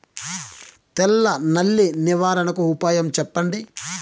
తెల్ల నల్లి నివారణకు ఉపాయం చెప్పండి?